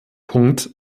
punkt